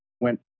went